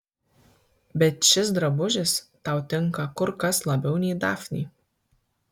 bet šis drabužis tau tinka kur kas labiau nei dafnei